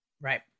Right